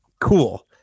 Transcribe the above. cool